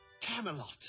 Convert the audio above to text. Camelot